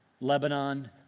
Lebanon